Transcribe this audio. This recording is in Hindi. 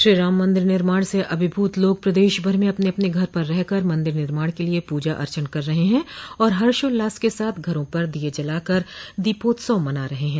श्रीराम मन्दिर निर्माण से अभिभूत लोग प्रदेश भर में अपने अपने घर पर रहकर मन्दिर निर्माण के लिए पूजा अर्चन कर रहे हैं और हर्षोल्लास के साथ घरों पर दीये जलाकर दीपोत्सव मना रहे हैं